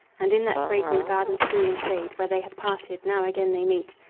and in that fragrant garden's cooling shade, where they had parted, now again they meet,